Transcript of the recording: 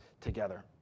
together